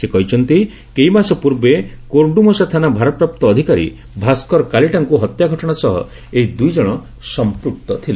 ସେ କହିଛନ୍ତି କେଇମାସ ପୂର୍ବେ କୋରଡ଼ୁମ୍ସା ଥାନା ଭାରପ୍ରାପ୍ତ ଅଧିକାରୀ ଭାସ୍କର କାଲିଟାଙ୍କୁ ହତ୍ୟା ଘଟଣା ସହ ଏହି ଦୁଇଜଣ ସମ୍ପୁକ୍ତ ଥିଲେ